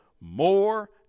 more